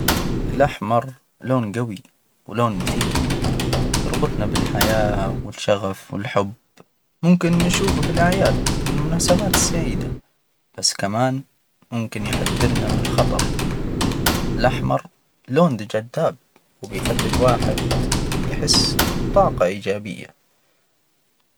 الأحمر لون جوي ولون مثير، يربطنا بالحياة والشغف والحب، ممكن نشوفه في الأعياد بالمناسبات السعيدة، بس كمان ممكن يحذرنا من خطر، الأحمر لون ذي جذاب، وبيخلي الواحد يحس بطاقة إيجابية.